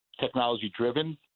technology-driven